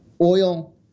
oil